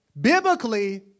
biblically